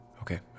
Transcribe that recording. Okay